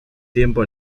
tiempo